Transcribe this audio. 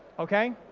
okay.